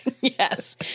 yes